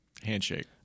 Handshake